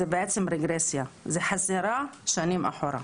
זו בעצם רגרסיה, זו חזרה שנים אחורה.